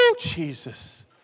Jesus